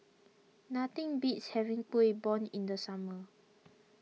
nothing beats having Kuih Bom in the summer